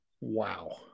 Wow